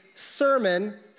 Sermon